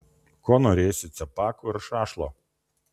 ko norėsi cepakų ar šašlo